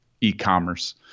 e-commerce